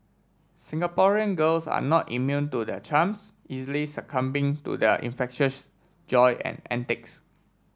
Singaporean girls are not immune to their charms easily succumbing to their infectious joy and antics